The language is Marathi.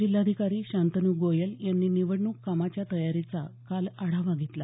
जिल्हाधिकारी शांतनू गोयल यांनी निवडणूक कामाच्या तयारीचा काल आढावा घेतला